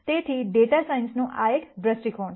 તેથી ડેટા સાયન્સનો આ એક દૃષ્ટિકોણ છે